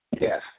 Yes